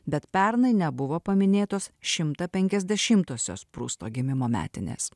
bet pernai nebuvo paminėtos šimtapenkiasdešimtosios prusto gimimo metinės